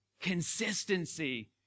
Consistency